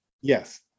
yes